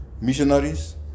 missionaries